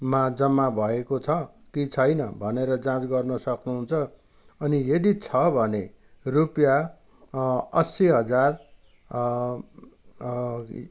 मा जम्मा भएको छ कि छैन भनेर जाँच गर्न सक्नुहुन्छ अनि यदि छ भने रुपियाँ अस्सी हजार